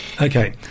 Okay